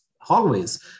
hallways